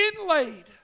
Inlaid